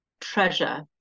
treasure